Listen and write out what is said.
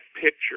picture